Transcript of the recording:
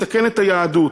מסכן את היהדות.